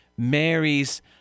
Mary's